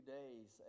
days